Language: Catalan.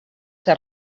que